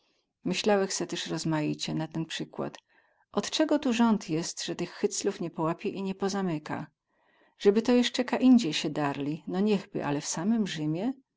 myślałech se tyz rozmaicie na ten przykład od cego tu rząd jest ze tych hyclów nie połapie i nie pozamyka zeby to jesce ka indziej sie darli no niechby ale w samym rzymie